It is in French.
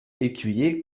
écuyer